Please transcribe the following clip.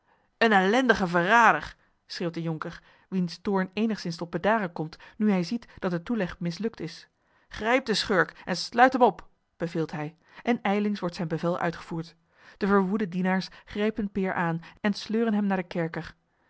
een ellendige verrader schreeuwt de jonker wiens toorn eenigszins tot bedaren komt nu hij ziet dat de toeleg mislukt is grijpt den schurk en sluit hem op beveelt hij en ijlings wordt zijn bevel uitgevoerd de verwoede dienaars grijpen peer aan en sleuren hem naar den kerker